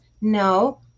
no